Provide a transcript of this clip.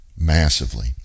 Massively